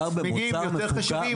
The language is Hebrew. צמיגים יותר חשובים?